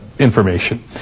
Information